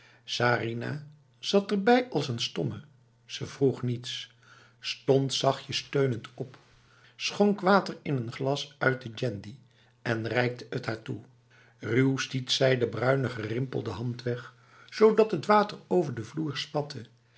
sarinah zat erbij als een stomme ze vroeg niets stond zachtjes steunend op schonk water in een glas uit de gendi en reikte het haar toe ruw stiet zij de bruine gerimpelde hand weg zodat het water over de vloer spatte